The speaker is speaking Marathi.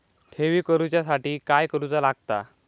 ठेवी करूच्या साठी काय करूचा लागता?